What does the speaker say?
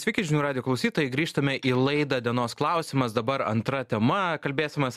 sveiki žinių radijo klausytojai grįžtame į laidą dienos klausimas dabar antra tema kalbėsimės